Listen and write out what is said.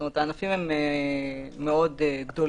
זאת אומרת, הענפים הם מאוד גדולים.